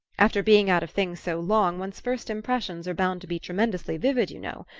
after being out of things so long one's first impressions are bound to be tremendously vivid, you know.